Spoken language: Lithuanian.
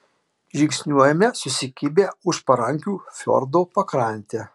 žingsniuojame susikibę už parankių fjordo pakrante